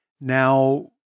Now